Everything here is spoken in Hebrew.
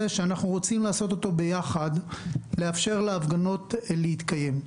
שאנחנו רוצים לעשות ביחד לאפשר להפגנות להתקיים.